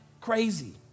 crazy